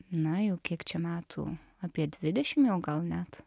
na jau kiek čia metų apie dvidešim jau gal net